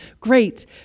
Great